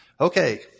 Okay